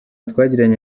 twagiranye